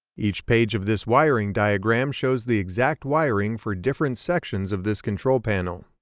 each page of this wiring diagram shows the exact wiring for different sections of this control panel.